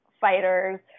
fighters